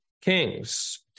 kings